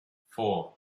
four